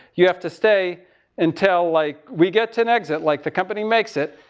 you have to stay until, like, we get to an exit, like the company makes it.